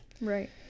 Right